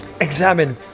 examine